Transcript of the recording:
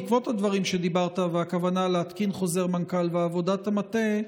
בעקבות הדברים שדיברת עליהם על הכוונה להתקין חוזר מנכ"ל ועבודת המטה: